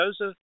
Joseph